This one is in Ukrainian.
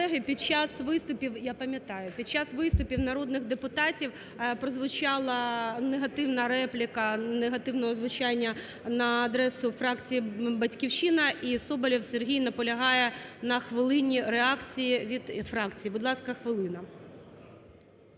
– під час виступів народних депутатів прозвучала негативна репліка, негативного звучання на адресу фракції "Батьківщина". І Соболєв Сергій наполягає на хвилині реакції від фракції. Будь ласка, хвилина.